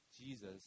Jesus